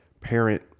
parent